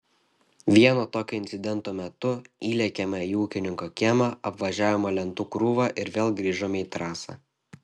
vieno tokio incidento metu įlėkėme į ūkininko kiemą apvažiavome lentų krūvą ir vėl grįžome į trasą